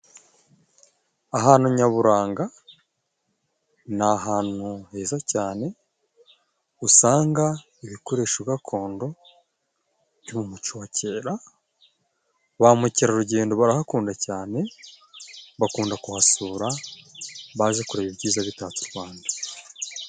Ahantu nyaburanga ni ahantu heza cyane usanga ibikoresho gakondo byo mu muco wa kera, ba mukerarugendo barahakunda cyane, bakunda kuhasura baje kureba ibyiza bitatse u Rwanda.